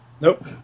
Nope